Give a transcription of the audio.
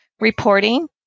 reporting